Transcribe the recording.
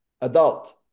Adult